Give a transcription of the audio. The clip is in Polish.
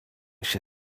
się